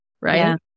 Right